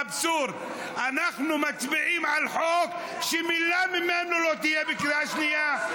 לאבסורד: אנחנו מצביעים על חוק שמילה ממנו לא תהיה בקריאה שנייה.